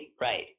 Right